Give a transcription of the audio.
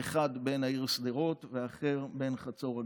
האחד בן העיר שדרות והאחר בן חצור הגלילית.